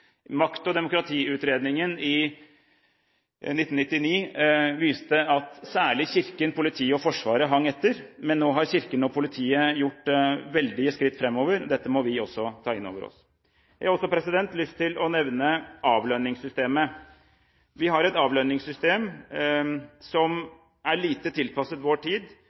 Makt- og demokratiutredningen fra 1999 viste at særlig Kirken, politiet og Forsvaret hang etter, men nå har Kirken og politiet gjort veldige skritt framover. Dette må vi også ta inn over oss. Jeg har også lyst til å nevne avlønningssystemet. Vi har et avlønningssystem som er lite tilpasset vår tid,